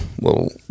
little